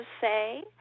say